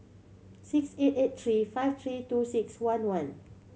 six eight eight three five three two six one one